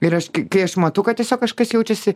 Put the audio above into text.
ir aš kai kai aš matau kad tiesiog kažkas jaučiasi